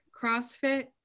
CrossFit